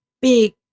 big